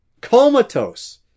Comatose